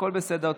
הכול בסדר.